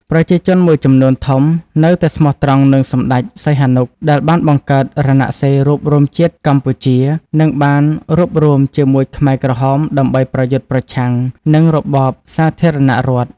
ប្រជាជនមួយចំនួនធំនៅតែស្មោះត្រង់នឹងសម្ដេចសីហនុ ដែលបានបង្កើត រណសិរ្សរួបរួមជាតិកម្ពុជា និងបានរួបរួមជាមួយខ្មែរក្រហមដើម្បីប្រយុទ្ធប្រឆាំងនឹងរបបសាធារណរដ្ឋ។